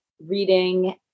reading